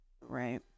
Right